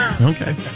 Okay